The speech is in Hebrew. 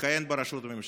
יכהן בראשות הממשלה.